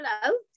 Hello